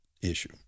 issue